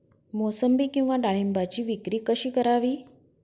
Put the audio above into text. मोसंबी किंवा डाळिंबाची विक्री कशी करावी?